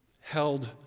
held